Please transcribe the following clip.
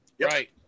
Right